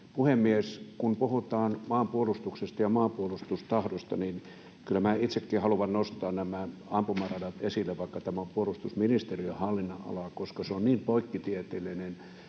puhemies, kun puhutaan maanpuolustuksesta ja maanpuolustustahdosta, niin kyllä minä itsekin haluan nostaa nämä ampumaradat esille, vaikka tämä on puolustusministeriön hallinnonalaa, koska se on niin poikkitieteellinen